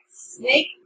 snake